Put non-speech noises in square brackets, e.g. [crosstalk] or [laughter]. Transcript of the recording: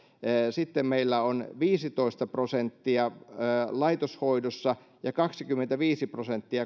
sitten meillä on viisitoista prosenttia laitoshoidossa ja kaksikymmentäviisi prosenttia [unintelligible]